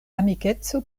amikeco